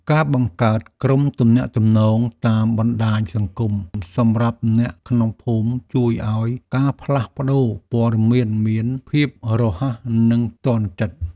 ការបង្កើតក្រុមទំនាក់ទំនងតាមបណ្តាញសង្គមសម្រាប់អ្នកក្នុងភូមិជួយឱ្យការផ្លាស់ប្តូរព័ត៌មានមានភាពរហ័សនិងទាន់ចិត្ត។